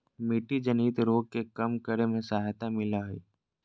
मिट्टी जनित रोग के कम करे में सहायता मिलैय हइ